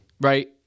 Right